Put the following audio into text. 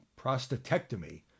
prostatectomy